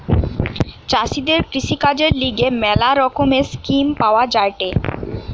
চাষীদের কৃষিকাজের লিগে ম্যালা রকমের স্কিম পাওয়া যায়েটে